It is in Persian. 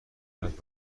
شاد